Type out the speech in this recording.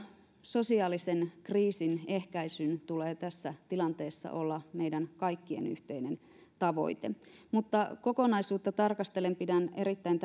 sosiaalisen kriisin ehkäisyn tulee tässä tilanteessa olla meidän kaikkien yhteinen tavoite mutta kokonaisuutta tarkastellen pidän erittäin